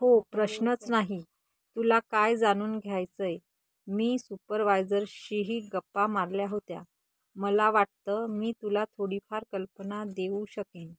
हो प्रश्नच नाही तुला काय जाणून घ्यायचं आहे मी सुपरवायजरशीही गप्पा मारल्या होत्या मला वाटतं मी तुला थोडीफार कल्पना देऊ शकेन